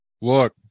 look